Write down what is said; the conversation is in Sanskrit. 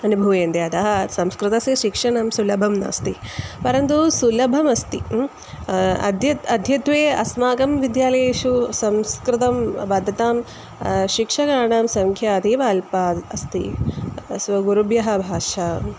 अनुभूयन्ते अतः संस्कृतस्य शिक्षणं सुलभं नास्ति परन्तु सुलभमस्ति अद्य अद्यत्वे अस्माकं विद्यालयेषु संस्कृतं वदतां शिक्षकाणां सङ्ख्या अतीव अल्पा अस्ति स्वगुरुभ्यः भाषां